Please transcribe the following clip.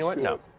like no.